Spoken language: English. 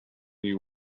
you